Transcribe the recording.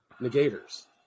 negators